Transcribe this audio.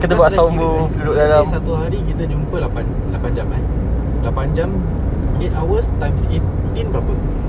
apa kata kita kira ya let's say satu hari kita jumpa lapan lapan jam eh lapan jam eight hours times eighteen berapa